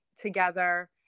together